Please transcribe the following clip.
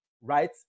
right